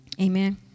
Amen